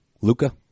Luca